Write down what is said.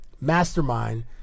Mastermind